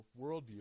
worldview